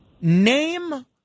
Name